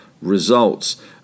results